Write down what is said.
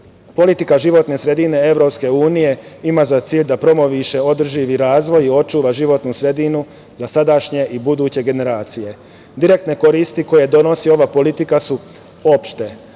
politika životne sredine EU ima za cilj da promoviše održivi razvoj i očuva životnu sredinu za sadašnje i buduće generacije. Direktne koristi koje donosi ova politika su opšte: